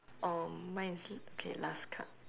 um mine is l~ okay last card